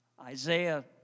Isaiah